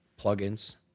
plugins